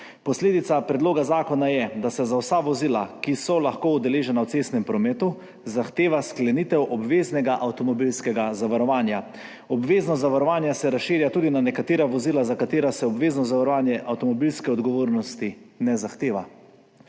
Posledica predloga zakona je, da se za vsa vozila, ki so lahko udeležena v cestnem prometu, zahteva sklenitev obveznega avtomobilskega zavarovanja. Obvezno zavarovanje se razširja tudi na nekatera vozila, za katera se obvezno zavarovanje avtomobilske odgovornosti ne zahteva.